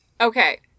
Okay